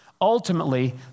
Ultimately